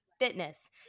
fitness